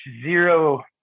zero